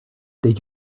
did